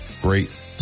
great